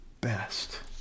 best